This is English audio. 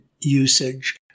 usage